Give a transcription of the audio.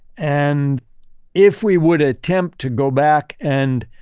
and if we would attempt to go back and